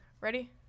Ready